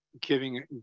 giving